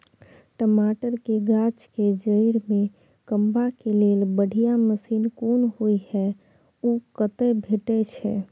टमाटर के गाछ के जईर में कमबा के लेल बढ़िया मसीन कोन होय है उ कतय भेटय छै?